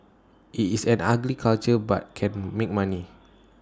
IT is an ugly culture but can make money